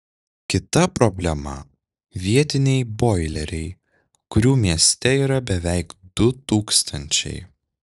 kita problema vietiniai boileriai kurių mieste yra beveik du tūkstančiai